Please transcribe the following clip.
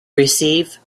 receive